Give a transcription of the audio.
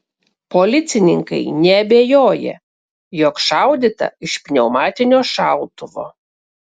policininkai neabejoja jog šaudyta iš pneumatinio šautuvo